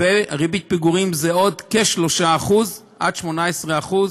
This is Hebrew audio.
וריבית פיגורים זה עוד כ-3% עד 18%,